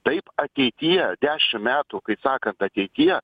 taip ateityje dešimt metų kaip sakant ateityje